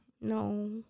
No